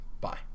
bye